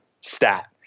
stat